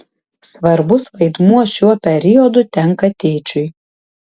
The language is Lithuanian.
svarbus vaidmuo šiuo periodu tenka tėčiui